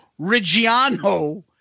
Reggiano